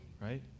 right